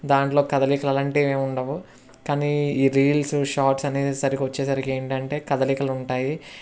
దాంట్లో కదలికలు అలాంటివి యేవీ ఉండవు కానీ ఈ రీల్స్ షార్ట్స్ అనేసరికి వచ్చేసరికి ఏంటి అంటే కదలికలు ఉంటాయి